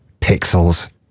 pixels